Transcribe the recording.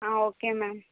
okay ma'am